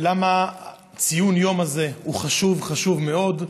למה ציון היום הזה הוא חשוב, חשוב מאוד.